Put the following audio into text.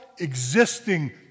existing